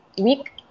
week